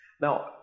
Now